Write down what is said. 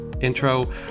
intro